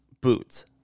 Boots